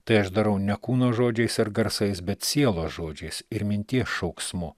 tai aš darau ne kūno žodžiais ir garsais bet sielos žodžiais ir minties šauksmu